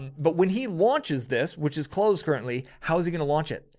but when he launches this, which is closed currently, how's he going to launch it?